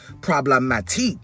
problematic